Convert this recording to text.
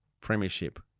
premiership